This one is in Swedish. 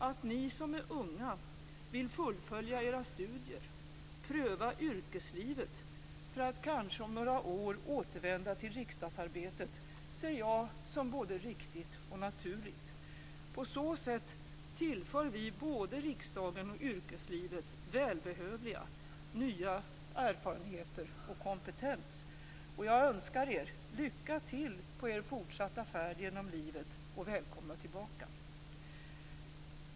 Att ni som är unga vill fullfölja era studier, pröva yrkeslivet, för att kanske om några år återvända till riksdagsarbetet ser jag både som riktigt och naturligt. På så sätt tillför vi både riksdagen och yrkeslivet välbehövliga nya erfarenheter och ny kompetens. Jag önskar er lycka till på er fortsatta färd genom livet och välkomna tillbaka.